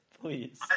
Please